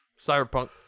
Cyberpunk